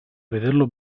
vederlo